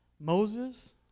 Moses